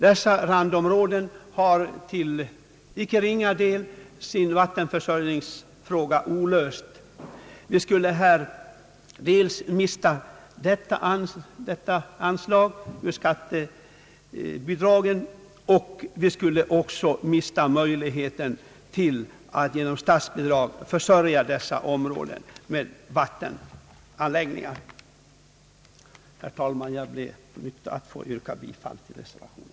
Dessa randområden har till icke ringa del sin vattenförsörjningsfråga olöst. De skulle dels mista anslaget genom skattebidrag och dels mista möjligheten att genom skattebidrag försörja sig med vattenanläggningar. Herr talman! Jag ber att få yrka bifall till reservationen 2.